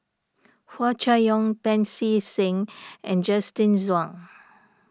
Hua Chai Yong Pancy Seng and Justin Zhuang